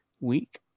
week